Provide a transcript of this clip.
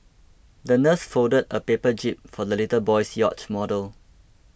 the nurse folded a paper jib for the little boy's yacht model